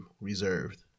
reserved